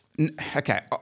Okay